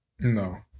No